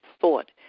thought